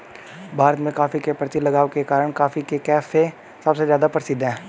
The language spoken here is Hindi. भारत में, कॉफ़ी के प्रति लगाव के कारण, कॉफी के कैफ़े सबसे ज्यादा प्रसिद्ध है